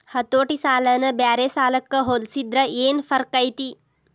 ಹತೋಟಿ ಸಾಲನ ಬ್ಯಾರೆ ಸಾಲಕ್ಕ ಹೊಲ್ಸಿದ್ರ ಯೆನ್ ಫರ್ಕೈತಿ?